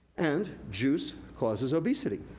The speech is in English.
and juice causes obesity.